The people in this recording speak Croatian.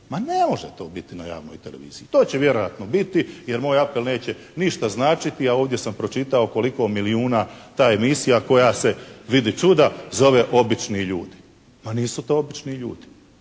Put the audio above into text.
Ma ne može to biti na javnoj televiziji. To će vjerojatno biti jer moj apel neće ništa značiti a ovdje sam pročitao koliko milijuna ta emisija koja se vidi čuda zove "Obični ljudi". Pa nisu to obični ljudi.